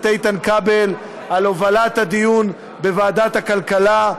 איתן כבל על הובלת הדיון בוועדת הכלכלה,